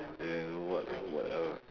then what what else